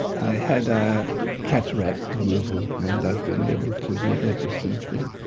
i had a cataract removal, and i've been able to read ever since then.